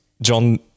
John